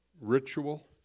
Ritual